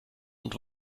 und